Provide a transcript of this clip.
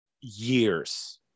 years